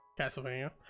Castlevania